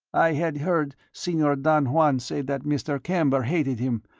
i had heard senor don juan say that mr. camber hated him,